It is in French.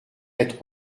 être